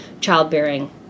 childbearing